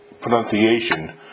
pronunciation